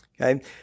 Okay